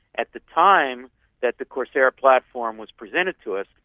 at the time that the coursera platform was presented to us,